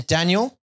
Daniel